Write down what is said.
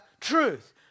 truth